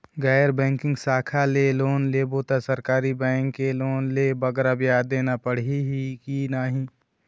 गैर बैंकिंग शाखा ले लोन लेबो ता सरकारी बैंक के लोन ले बगरा ब्याज देना पड़ही ही कि नहीं?